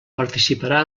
participarà